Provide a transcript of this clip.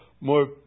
more